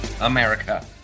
America